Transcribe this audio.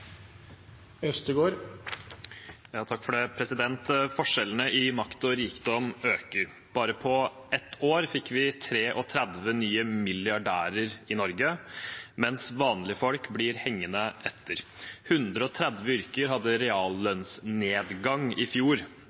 Forskjellene i makt og rikdom øker. Bare på ett år fikk vi 33 nye milliardærer i Norge, mens vanlige folk blir hengende etter. 130 yrker hadde reallønnsnedgang i fjor,